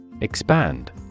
Expand